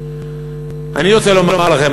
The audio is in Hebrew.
אני רוצה לומר לכם,